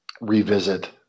revisit